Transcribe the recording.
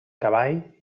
cavall